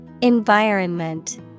Environment